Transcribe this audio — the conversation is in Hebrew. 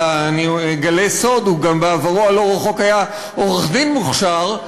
אלא אני אגלה סוד שהוא בעברו הלא-רחוק היה גם עורך-דין מוכשר,